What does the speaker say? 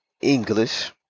English